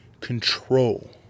control